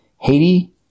Haiti